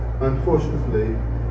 Unfortunately